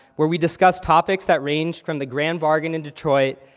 where we discussed topics that ranged from the great bargain in detroit,